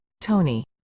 Tony